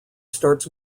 starts